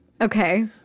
Okay